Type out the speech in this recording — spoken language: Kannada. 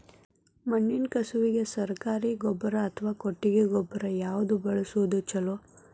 ಮಣ್ಣಿನ ಕಸುವಿಗೆ ಸರಕಾರಿ ಗೊಬ್ಬರ ಅಥವಾ ಕೊಟ್ಟಿಗೆ ಗೊಬ್ಬರ ಯಾವ್ದು ಬಳಸುವುದು ಛಲೋ?